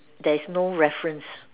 there is no reference